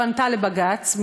לא ענתה לבג"ץ,